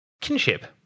kinship